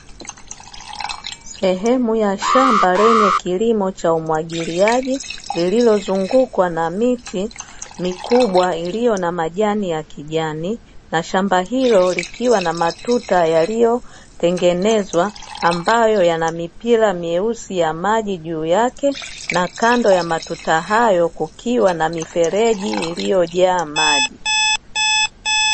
Sehemu ya shamba lenye kilimo cha umwagiliaji lililozungukwa na miti mikubwa iliyo na majani ya kijani, na shamba hilo likiwa na matuta yaliyotengenezwa ambayo yana mipira myeusi ya maji juu yake na kando ya matuta hayo kukiwa na mifereji iliyojaa maji.